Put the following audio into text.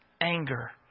anger